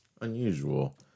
unusual